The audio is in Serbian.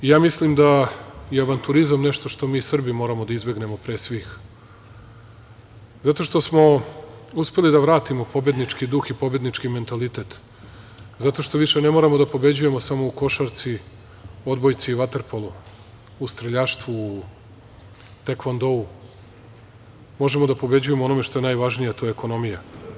Mislim da je avanturizam nešto što mi Srbi moramo da izbegnemo pre svih zato što smo uspeli da vratimo pobednički duh i pobednički mentalitet, zato što više ne moramo da pobeđujemo samo u košarci, odbojci, vaterpolu, u streljaštvu, u tekvondou, možemo da pobeđujemo u onome što je najvažnije, a to je ekonomija.